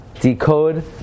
decode